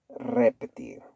repetir